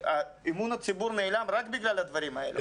אמון הציבור נעלם רק בגלל הדברים האלה.